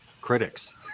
critics